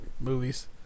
movies